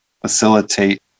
facilitate